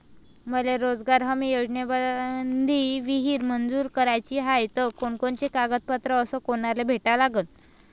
मले रोजगार हमी योजनेमंदी विहीर मंजूर कराची हाये त कोनकोनते कागदपत्र अस कोनाले भेटा लागन?